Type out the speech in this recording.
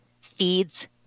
feeds